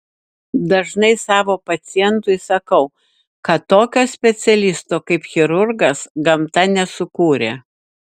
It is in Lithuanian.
dažnai savo pacientui sakau kad tokio specialisto kaip chirurgas gamta nesukūrė